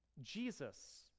Jesus